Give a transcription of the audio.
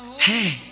Hey